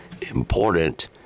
important